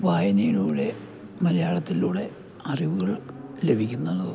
വായനയിലൂടെ മലയാളത്തിലൂടെ അറിവുകൾ ലഭിക്കുന്നതോ